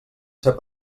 ser